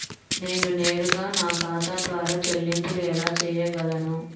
నేను నేరుగా నా ఖాతా ద్వారా చెల్లింపులు ఎలా చేయగలను?